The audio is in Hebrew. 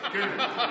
כן.